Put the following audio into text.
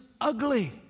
ugly